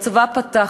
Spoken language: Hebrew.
הצבא פתח,